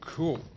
Cool